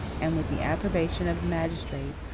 and with the approbation of the magistrate,